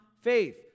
faith